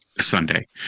Sunday